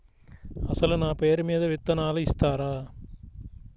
అసలు నా పేరు మీద విత్తనాలు ఇస్తారా?